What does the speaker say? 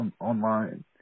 online